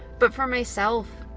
but for myself,